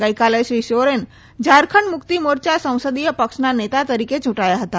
ગઇકાલે શ્રી સોરેન ઝારખંડ મુકિત મોરચા સંસદિય પક્ષના નેતા તરીકે યુંટાથા હતા